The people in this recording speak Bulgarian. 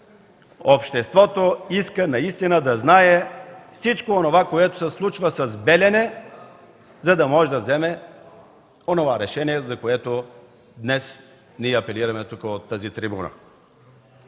обществото иска наистина да знае всичко онова, което се случва с „Белене”, за да може да вземе решението, за което днес апелираме от тази трибуна.